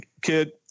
kid